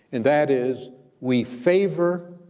and that is we favor.